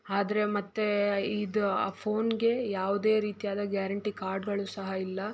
ಆದರೆ ಮತ್ತೆ ಇದು ಆ ಫೋನ್ಗೆ ಯಾವುದೇ ರೀತಿಯಾದ ಗ್ಯಾರಂಟಿ ಕಾರ್ಡ್ಗಳು ಸಹ ಇಲ್ಲ